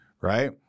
right